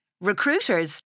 Recruiters